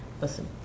Listen